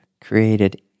created